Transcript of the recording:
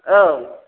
औ